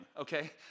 okay